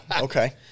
okay